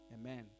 Amen